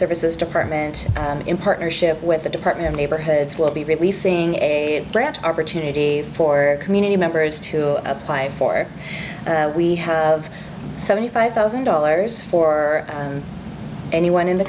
services department in partnership with the department of neighborhoods will be releasing a grant opportunity for community members to apply for we have seventy five thousand dollars for anyone in the